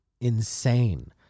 Insane